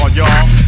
y'all